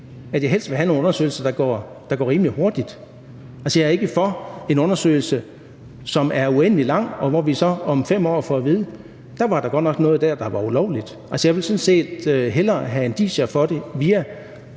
at jeg helst vil have en undersøgelse, der går rimelig hurtigt. Altså, jeg er ikke for en undersøgelse, som er uendelig lang, og hvor vi så måske om 5 år får at vide: Der var da godt nok noget dér, der var ulovligt. Jeg vil sådan set hellere have indicier for det via